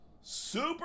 Super